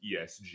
ESG